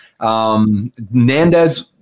Nandez